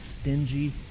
stingy